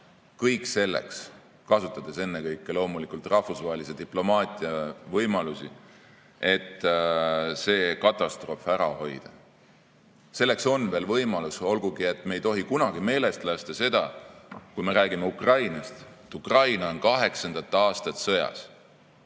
kõik selleks, kasutades ennekõike loomulikult rahvusvahelise diplomaatia võimalusi, et see katastroof ära hoida. Selleks on veel võimalus, olgugi et me ei tohi kunagi meelest lasta seda, kui me räägime Ukrainast, et Ukraina on kaheksandat aastat sõjas.